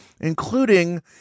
including